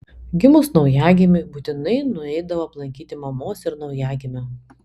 gimus naujagimiui būtinai nueidavo aplankyti mamos ir naujagimio